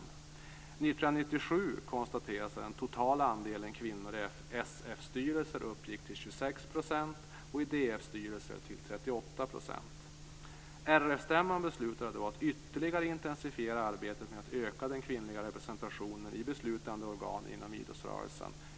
År 1997 konstaterades att den totala andelen kvinnor i SF-styrelser uppgick till 26 % och i DF-styrelser till 38 %. RF-stämman beslutade då att ytterligare intensifiera arbetet med att öka den kvinnliga representationen i beslutande organ inom idrottsrörelsen.